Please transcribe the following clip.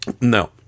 No